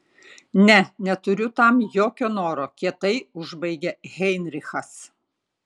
ne neturiu tam jokio noro kietai užbaigė heinrichas